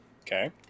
Okay